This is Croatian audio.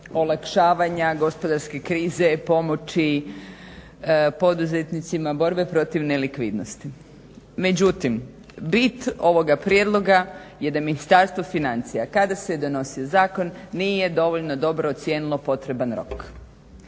olakšavanja gospodarske krize, pomoći poduzetnicima, borbe protiv nelikvidnosti. Međutim, bit ovoga prijedloga je da Ministarstvo financija kada se donosio zakon nije dovoljno dobro ocijenilo potreban rok,